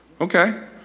Okay